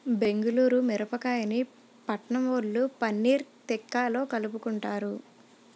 బెంగుళూరు మిరపకాయని పట్నంవొళ్ళు పన్నీర్ తిక్కాలో కలుపుకుంటారు